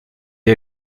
est